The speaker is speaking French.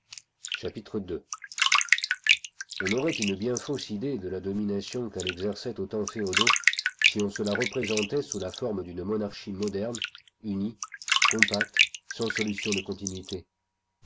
ii on aurait une bien fausse idée de la domination qu'elle exerçait aux temps féodaux si on se la représentait sous la forme d'une monarchie moderne unie compacte sans solution de continuité